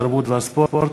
התרבות והספורט.